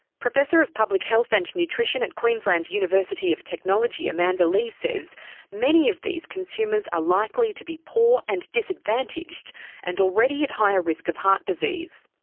professor of public health and nutrition at queensland university of technology, amanda lee, says many of these consumers are likely to be poor and disadvantaged and already at higher risk of heart disease.